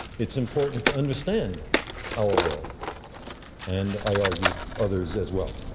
it's important to understand our world and, i argue, others as well.